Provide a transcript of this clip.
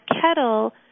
kettle